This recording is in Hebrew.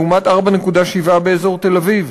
לעומת 4.7 באזור תל-אביב.